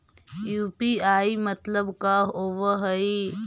UPI मतलब का होब हइ?